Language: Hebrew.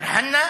דיר-חנא,